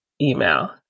email